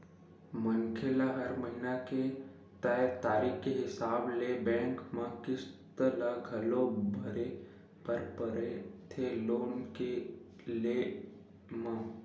मनखे ल हर महिना के तय तारीख के हिसाब ले बेंक म किस्ती ल घलो भरे बर परथे लोन के लेय म